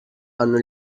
hanno